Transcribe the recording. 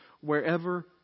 Wherever